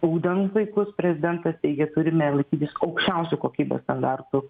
ugdant vaikus prezidentas teigia turime laikytis aukščiausių kokybės standartų